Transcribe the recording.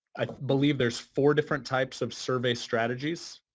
i believe there's four different types of survey strategies.